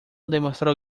demostró